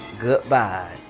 goodbye